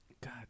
God